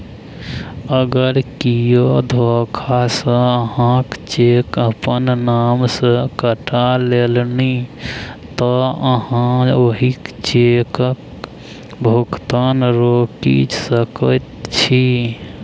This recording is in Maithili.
अगर कियो धोखासँ अहाँक चेक अपन नाम सँ कटा लेलनि तँ अहाँ ओहि चेकक भुगतान रोकि सकैत छी